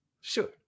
Sure